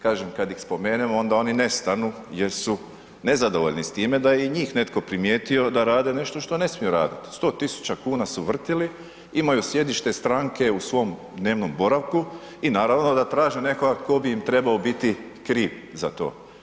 Kažem kad ih spomenemo, onda oni nestanu jer su nezadovoljni s time da je i njih netko primijetio da rade nešto što ne smiju raditi, 100 000 kn su vrtili, imaju sjedište stranke u svom dnevnom boravku i naravno da traže nekoga tko bi im trebao biti kriv za to.